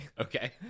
Okay